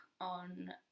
on